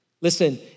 Listen